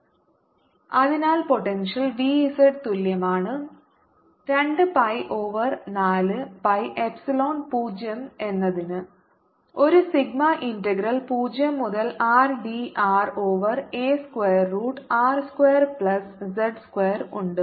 dQ2πrdr dVz0R14π02πrdrσr2z2 അതിനാൽ potential V z തുല്യമാണ് 2 pi over 4 pi epsilon 0 എന്നതിന് ഒരു സിഗ്മ ഇന്റഗ്രൽ 0 മുതൽ R r d r over a square root r square plus z square ഉണ്ട്